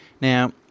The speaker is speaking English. Now